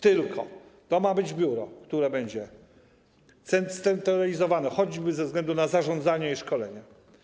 Tylko to ma być biuro, które będzie scentralizowane choćby ze względu na zarządzanie i szkolenia.